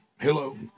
Hello